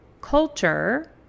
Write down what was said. culture